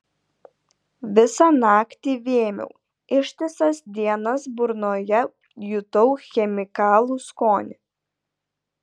visą naktį vėmiau ištisas dienas burnoje jutau chemikalų skonį